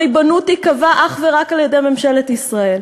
הריבונות תיקבע אך ורק על-ידי ממשלת ישראל.